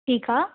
ठीकु आहे